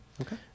Okay